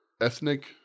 ethnic